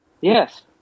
Yes